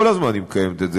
כל הזמן היא מקיימת את זה.